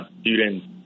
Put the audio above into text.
students